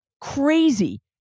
crazy